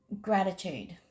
gratitude